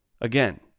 Again